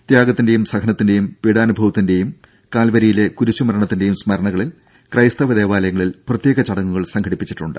ത്യാഗത്തിന്റേയും സഹനത്തിന്റേയും പീഢാനുഭവത്തിന്റേയും കാൽവരിയിലെ കുരിശു മരണത്തിന്റേയും സ്മരണകളിൽ ക്രൈസ്തവ ദേവാലയങ്ങളിൽ പ്രത്യേക ചടങ്ങുകൾ സംഘടിപ്പിച്ചിട്ടുണ്ട്